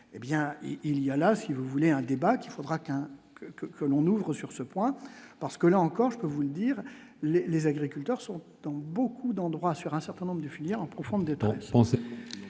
hé bien il y a là si vous voulez un débat qu'il faudra qu'un que que l'on ouvre sur ce point parce que, là encore, je peux vous le dire, les agriculteurs sont dans beaucoup d'endroits, sur un certain nombre de filières en profondeur, on se